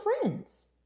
friends